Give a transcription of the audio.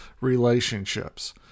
relationships